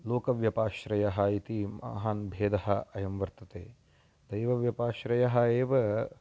लोकव्यपाश्रयः इति महान् भेदः अयं वर्तते दैवव्यपाश्रयः एव